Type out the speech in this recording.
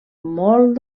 molt